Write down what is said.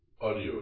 Audio